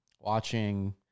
watching